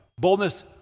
boldness